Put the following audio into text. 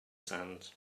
sand